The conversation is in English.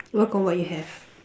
work on what you have